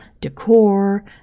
decor